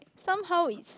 somehow it's